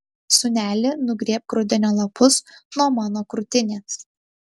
sūneli nugrėbk rudenio lapus nuo mano krūtinės